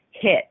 hit